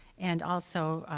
and also,